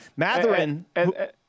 Matherin